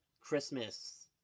Christmas